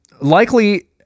likely